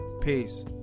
peace